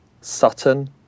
Sutton